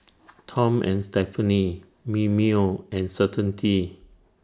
Tom and Stephanie Mimeo and Certainty